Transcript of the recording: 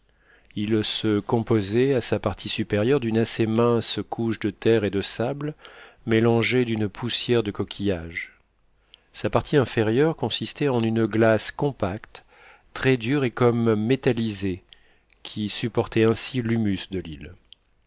il se composait à sa partie supérieure d'une assez mince couche de terre et de sable mélangée d'une poussière de coquillages sa partie inférieure consistait en une glace compacte très dure et comme métallisée qui supportait ainsi l'humus de l'île